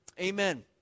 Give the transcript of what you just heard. Amen